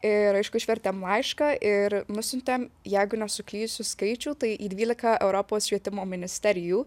ir aišku išvertėm laišką ir nusiuntėm jeigu nesuklysiu skaičių tai į dvylika europos švietimo ministerijų